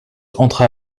entra